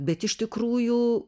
bet iš tikrųjų